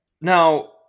Now